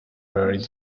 vary